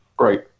Right